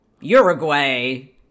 Uruguay